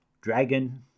dragon